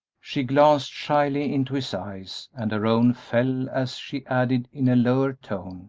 she glanced shyly into his eyes, and her own fell, as she added, in a lower tone